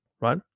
right